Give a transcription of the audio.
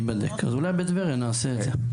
אז אולי בטבריה נעשה את זה.